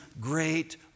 great